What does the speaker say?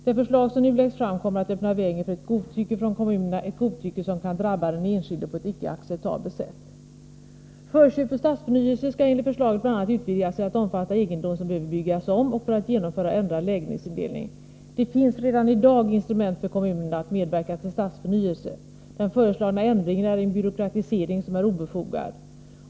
Det förslag som nu läggs fram kommer att öppna vägen för ett godtycke från kommunerna, ett godtycke som kan drabba den enskilde på ett icke acceptabelt sätt. Förköp för stadsförnyelse skall enligt förslaget bl.a. utvidgas till att omfatta egendom som behöver byggas om, t.ex. för att genomföra en ändrad lägenhetsindelning. Kommunerna har redan i dag instrument för att medverka till stadsförnyelse. Den föreslagna ändringen är en byråkratisering som är obefogad.